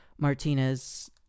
Martinez